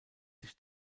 sich